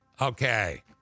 Okay